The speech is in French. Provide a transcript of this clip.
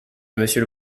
monsieur